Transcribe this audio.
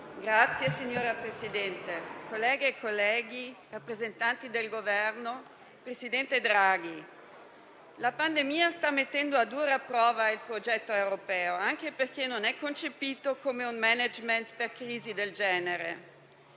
UV))*. Signora Presidente, colleghe e colleghi, rappresentanti del Governo, presidente Draghi, la pandemia sta mettendo a dura prova il progetto europeo, anche perché non è concepito come un *management* per crisi del genere.